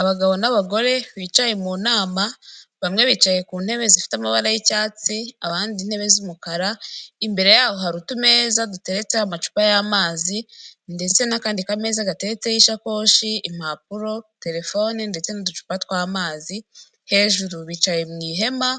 Abagabo n'abagore bicaye mu nama, bamwe bicaye ku ntebe zifite amabara y'icyatsi, abandi intebe z'umukara. Imbere yaho hari utumeza duteretseho amacupa y'amazi ndetse n'akandi kameza gateretseho ishakoshi, impapuro, terefone ndetse n'uducupa tw'amazi, hejuru bicaye mu ihema